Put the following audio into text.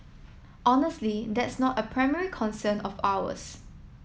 honestly that's not a primary concern of ours